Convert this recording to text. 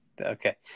Okay